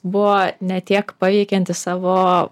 buvo ne tiek paveikianti savo